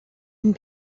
and